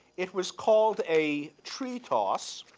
it was called a tree toss.